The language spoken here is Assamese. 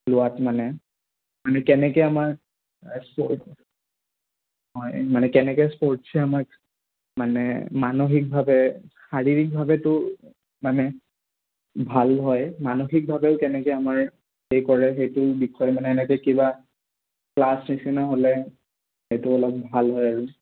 লোৱাত মানে মানে কেনেকৈ আমাৰ স্পৰ্ট হয় মানে কেনেকৈ স্পৰ্টছে আমাৰ মানে মানসিকভাৱে শাৰীৰিকভাৱেতো মানে ভাল হয় মানসিকভাৱেও কেনেকৈ আমাৰ হেৰি কৰে সেইটোৰ বিষয়ে মানে এনেকৈ কিবা ক্লাছ নিচিনা হ'লে সেইটো অলপ ভাল হয় আৰু